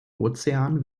ozean